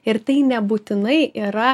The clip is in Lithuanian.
ir tai nebūtinai yra